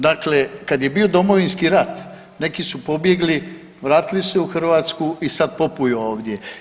Dakle, kad je bio Domovinski rat neki su pobjegli, vratili se u Hrvatsku i sad popuju ovdje.